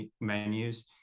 menus